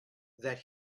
that